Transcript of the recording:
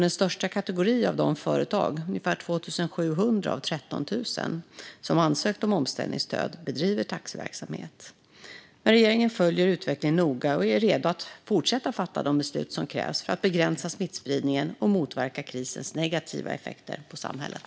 Den största kategorin av de företag, ungefär 2 700 av 13 000, som har ansökt om omställningsstöd bedriver taxiverksamhet. Regeringen följer utvecklingen noga och är redo att fortsätta fatta de beslut som krävs för att begränsa smittspridningen och motverka krisens negativa effekter på samhället.